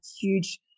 huge